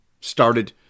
started